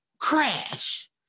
crash